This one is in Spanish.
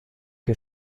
que